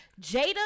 Jada